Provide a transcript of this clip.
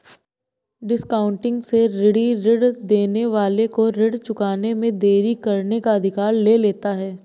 discounting से ऋणी ऋण देने वाले को ऋण चुकाने में देरी करने का अधिकार ले लेता है